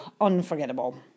unforgettable